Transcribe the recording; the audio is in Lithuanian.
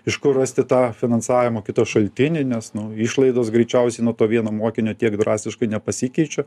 iš kur rasti tą finansavimo kitą šaltinį nes nu išlaidos greičiausiai nuo to vieno mokinio tiek drastiškai nepasikeičia